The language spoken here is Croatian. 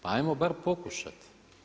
Pa hajmo bar pokušat.